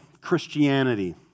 Christianity